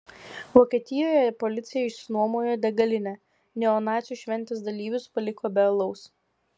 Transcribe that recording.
vokietijoje policija išsinuomojo degalinę neonacių šventės dalyvius paliko be alaus